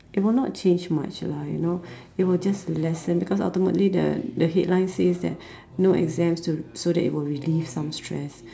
it will not change much lah you know it will just lessen because ultimately the the headline says that no exam so so that it will release some stress